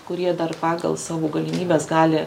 kurie dar pagal savo galimybes gali